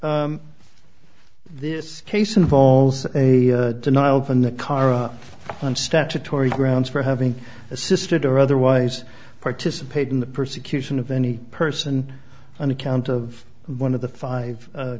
in this case involves a denial from the car on statutory grounds for having assisted or otherwise participate in the persecution of any person on account of one of the five